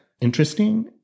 interesting